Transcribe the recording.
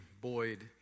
Boyd